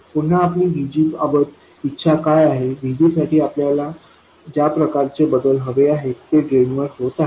पुन्हा आपली VG बाबत इच्छा काय आहे VG साठी आपल्याला ज्या प्रकारचे बदल हवे आहेत ते ड्रेन वर होत आहे